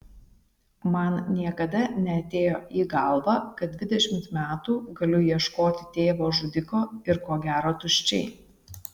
man niekada neatėjo į galvą kad dvidešimt metų galiu ieškoti tėvo žudiko ir ko gero tuščiai